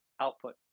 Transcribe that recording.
output